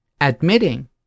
admitting